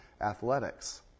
athletics